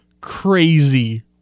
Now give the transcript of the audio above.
crazy